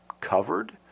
covered